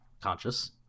conscious